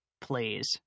Please